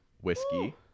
whiskey